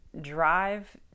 drive